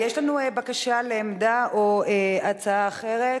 יש לנו בקשה לעמדה או הצעה אחרת,